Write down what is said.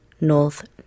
North